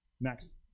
Next